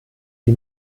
sie